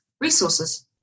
resources